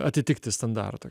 atitikti standartą